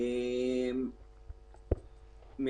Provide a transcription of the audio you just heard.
הפרטי והציבורי הוא חיוני.